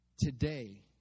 today